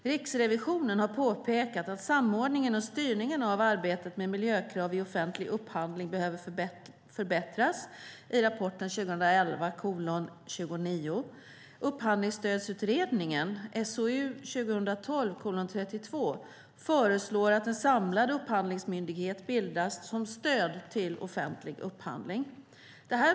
Riksrevisionen har påpekat att samordningen och styrningen av arbetet med miljökrav i offentlig upphandling behöver förbättras . Upphandlingsstödsutredningen föreslår att en samlad upphandlingsmyndighet bildas som stöd till offentlig upphandling.